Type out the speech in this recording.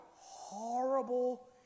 horrible